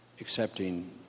accepting